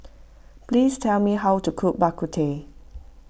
please tell me how to cook Bak Kut Teh